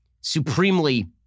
supremely